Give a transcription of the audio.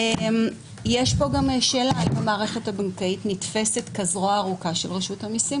יש פה גם שאלה האם המערכת הבנקאית נתפסת כזרוע הארוכה של רשות המסים,